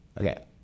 Okay